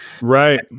Right